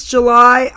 July